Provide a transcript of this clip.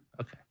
Okay